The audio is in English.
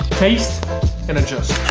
taste and adjust.